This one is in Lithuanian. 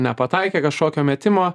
nepataikė kažkokio metimo